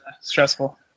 stressful